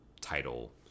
title